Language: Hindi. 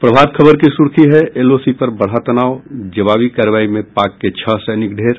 प्रभात खबर की सुर्खी है एलओसी पर बढ़ा तनाव जवाबी कार्रवाई में पाक के छह सैनिक ढेर